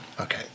okay